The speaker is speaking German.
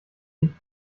gibt